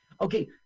Okay